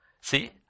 See